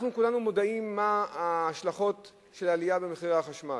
אנחנו כולנו יודעים מה ההשלכות של העלייה במחירי החשמל.